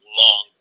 long